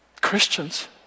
Christians